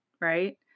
Right